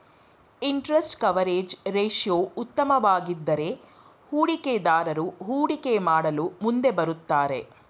interest coverage ratio ಉತ್ತಮವಾಗಿದ್ದರೆ ಹೂಡಿಕೆದಾರರು ಹೂಡಿಕೆ ಮಾಡಲು ಮುಂದೆ ಬರುತ್ತಾರೆ